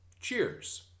Cheers